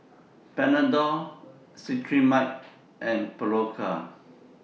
Panadol Cetrimide and Berocca